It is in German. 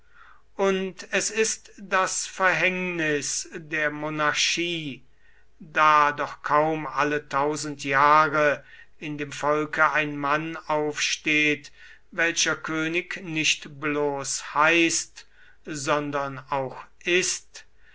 und es ist das verhängnis der monarchie da doch kaum alle tausend jahre in dem volke ein mann aufsteht welcher könig nicht bloß heißt sondern auch ist